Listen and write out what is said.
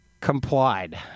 complied